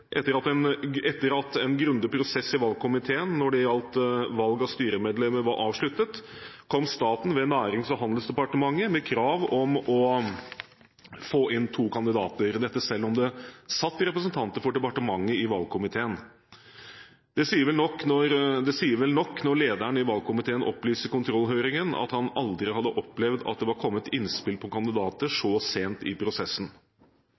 Etter at en grundig prosess i valgkomiteen når det gjaldt valg av styremedlemmer var avsluttet, kom staten ved Nærings- og handelsdepartementet med krav om å få inn to kandidater, dette selv om det satt representanter for departementet i valgkomiteen. Det sier vel nok når lederen i valgkomiteen opplyser i kontrollhøringen at han aldri hadde opplevd at det var kommet innspill på kandidater så sent i prosessen.